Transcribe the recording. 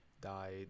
died